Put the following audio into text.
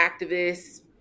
activists